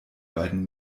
beiden